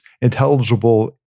intelligible